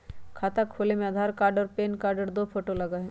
खाता खोले में आधार कार्ड और पेन कार्ड और दो फोटो लगहई?